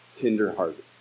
Tender-hearted